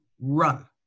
run